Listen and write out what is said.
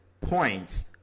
points